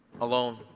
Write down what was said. alone